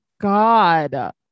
God